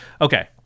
okay